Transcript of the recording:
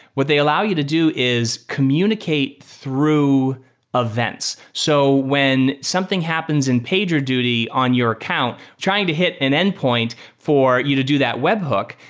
what they allow you to do is communicate through events. so when something happens in pagerduty on your account, trying to hit an endpoint for you to do that webhook,